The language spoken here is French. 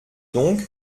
donc